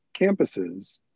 campuses